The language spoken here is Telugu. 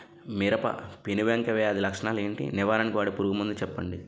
మిరప పెనుబంక వ్యాధి లక్షణాలు ఏంటి? నివారణకు వాడే పురుగు మందు చెప్పండీ?